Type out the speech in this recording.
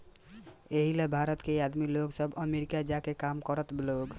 एही ला भारत के आदमी लोग सब अमरीका जा के काम करता लोग